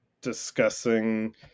discussing